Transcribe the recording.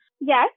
Yes